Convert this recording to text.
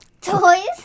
Toys